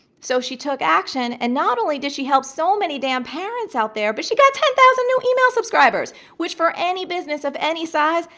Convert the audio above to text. so she took action and not only did she help so many damn parents out there, but she got ten thousand new email subscribers, which for any business of any size,